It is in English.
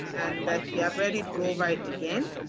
and if you have read it, go over it again.